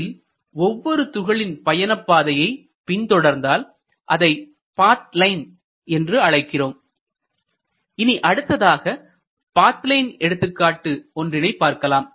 இதில் ஒவ்வொரு துகளின் பயணப் பாதையை பின்தொடர்ந்தால் அதை பாத் லைன் என்று அழைக்கிறோம் இனி அடுத்ததாக பாத் லைன் எடுத்துக்காட்டு ஒன்றினை பார்க்கலாம்